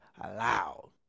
aloud